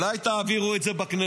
אולי תעבירו את זה בכנסת.